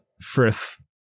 Frith